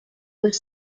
was